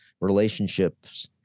relationships